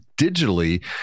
digitally